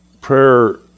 Prayer